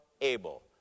able